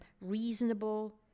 reasonable